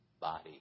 body